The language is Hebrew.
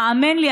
האמן לי,